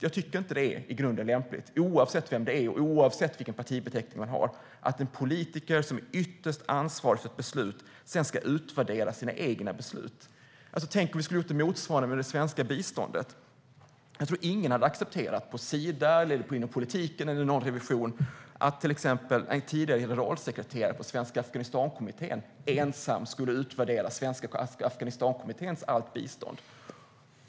Jag tycker inte att det i grunden är lämpligt att en politiker, oavsett vem det är och oavsett vilken partibeteckning man har, som ytterst är ansvarig för besluten sedan ska utvärdera sina egna beslut. Tänk om vi hade gjort motsvarande med det svenska biståndet! Jag tror inte att någon vid Sida, inom politiken eller i en revision hade accepterat att till exempel en tidigare generalsekreterare för Svenska Afghanistankommittén ensam skulle utvärdera Svenska Afghanistankommitténs bistånd.